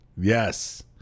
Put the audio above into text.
Yes